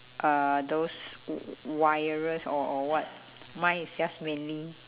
uh those w~ wireless or or what mine is just mainly